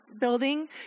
building